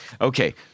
okay